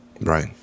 Right